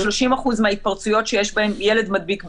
30% מההתפרצויות שיש בהן ילד מדביק בילד,